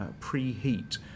preheat